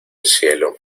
cielo